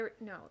No